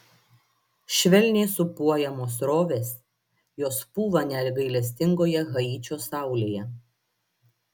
švelniai sūpuojamos srovės jos pūva negailestingoje haičio saulėje